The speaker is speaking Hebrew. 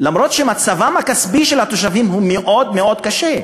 למרות מצבם הכספי שהוא מאוד מאוד קשה.